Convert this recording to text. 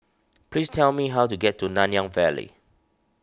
please tell me how to get to Nanyang Valley